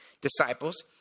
disciples